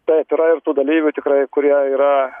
taip yra ir tų dalyvių tikrai kurie yra